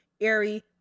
airy